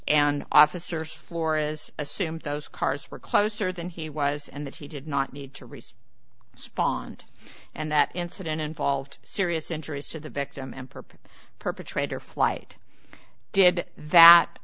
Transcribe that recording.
and officers flora's assumed those cars were closer than he was and that he did not need to raise bond and that incident involved serious injuries to the victim and purpose perpetrator flight did that